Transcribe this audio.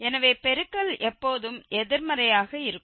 எனவே பெருக்கல் எப்போதும் எதிர்மறையாக இருக்கும்